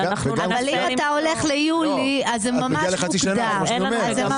אבל אם אתה הולך ליולי זה ממש מוקדם.